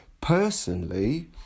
Personally